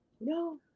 no